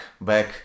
back